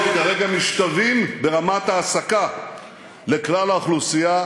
כרגע משתווים ברמת ההעסקה לכלל האוכלוסייה.